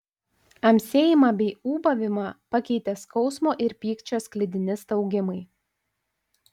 amsėjimą bei ūbavimą pakeitė skausmo ir pykčio sklidini staugimai